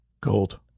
Gold